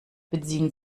beziehen